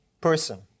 person